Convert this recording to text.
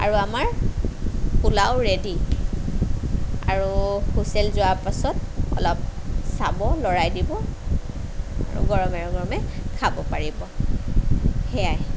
আৰু আমাৰ পোলাও ৰেডি আৰু হুইচেল যোৱাৰ পাছত অলপ চাব লৰাই দিব আৰু গৰমে গৰমে খাব পাৰিব সেইয়াই